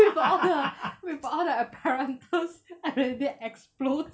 with all the with all the apparatus and then they explode